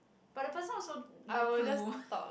but the person also no clue